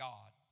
God